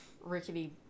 rickety